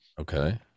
okay